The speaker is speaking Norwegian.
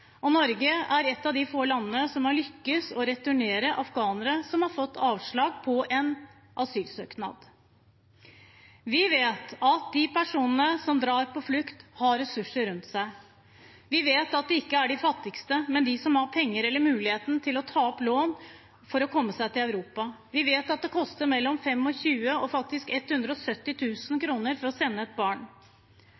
og Norge er et av de få landene som har lyktes med å returnere afghanere som har fått avslag på sin asylsøknad. Vi vet at de personene som drar på flukt, har ressurser rundt seg. Vi vet at det ikke er de fattigste, men dem med penger eller mulighet til å ta opp lån for å komme seg til Europa. Vi vet at det koster mellom 25 000 kr og faktisk